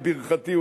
בברכתי,